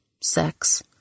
sex